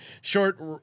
Short